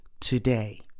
today